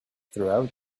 throughout